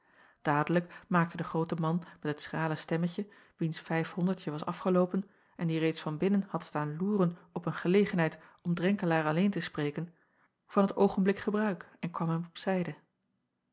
adelijk maakte de groote man met het schrale stemmetje wiens vijfhonderdje was afgeloopen en die reeds van binnen had staan loeren op een gelegenheid om renkelaer alleen te spreken van het oogenblik gebruik en kwam hem op zijde